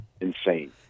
insane